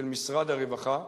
של משרד הרווחה,